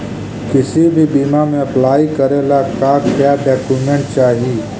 किसी भी बीमा में अप्लाई करे ला का क्या डॉक्यूमेंट चाही?